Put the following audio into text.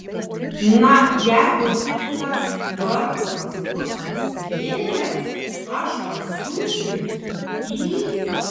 na jeigu tik tas karklas bus įsivėlęs aš pasiųsiu jį į